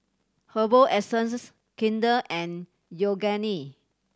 Herbal Essences Kinder and Yoogane